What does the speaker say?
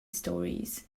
stories